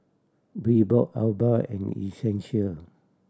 Reebok Alba and Essential